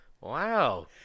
Wow